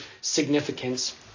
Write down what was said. significance